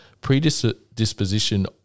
predisposition